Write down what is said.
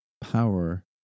power